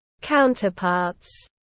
counterparts